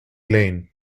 lane